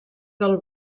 del